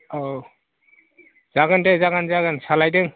औ जागोन दे जागोन जागोन सालायदों